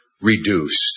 reduced